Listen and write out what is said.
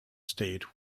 state